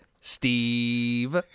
Steve